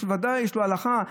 ודאי יש לו הלכה,